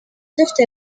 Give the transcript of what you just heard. dufite